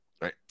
Right